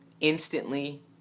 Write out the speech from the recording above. instantly